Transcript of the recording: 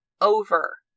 over